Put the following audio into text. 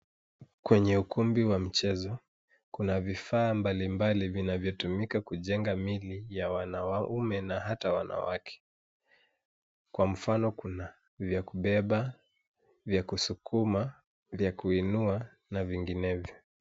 Kwenye ukumbi wa michezo, kuna vifaa mbalimbali vinavyotumika kujenga miili ya wanaume na hata wanawake, kwa mfano kuna vya kubeba, vya kusukuma, vya kuinua na vinginevyo.